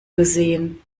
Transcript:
gesehen